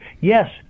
Yes